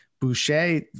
Boucher